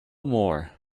more